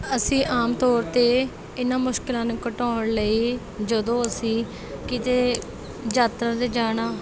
ਅਸੀਂ ਆਮ ਤੌਰ 'ਤੇ ਇਹਨਾਂ ਮੁਸ਼ਕਲਾਂ ਨੂੰ ਘਟਾਉਣ ਲਈ ਜਦੋਂ ਅਸੀਂ ਕਿਤੇ ਯਾਤਰਾ 'ਤੇ ਜਾਣਾ